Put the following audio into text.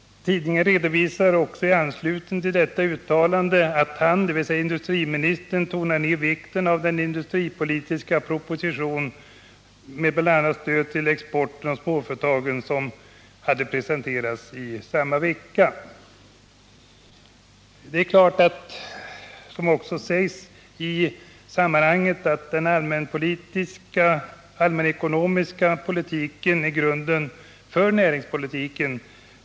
Tidningen redovisar också i anslutning till detta uttalande att industriministern tonar ner vikten av den industripolitiska proposition med bl.a. ökat stöd till exporten och småföretagen vilken hade presenterats samma vecka. Naturligtvis är, som också framhålls i det sammanhanget, den allmänekonomiska politiken grunden för näringspolitiken.